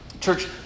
Church